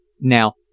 Now